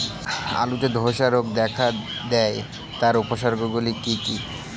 আলুতে ধ্বসা রোগ দেখা দেয় তার উপসর্গগুলি কি কি?